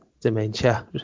dementia